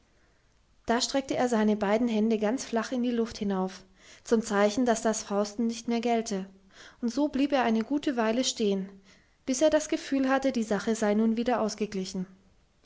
da streckte er seine beiden hände ganz flach in die luft hinauf zum zeichen daß das fausten nicht mehr gelte und so blieb er eine gute weile stehen bis er das gefühl hatte die sache sei nun wieder ausgeglichen